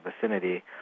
vicinity